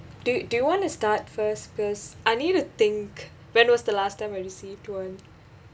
do do you want to start first cause I need to think when was the last time I received one